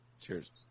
Cheers